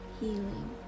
healing